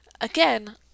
again